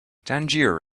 tangier